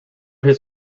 his